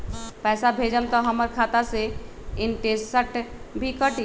पैसा भेजम त हमर खाता से इनटेशट भी कटी?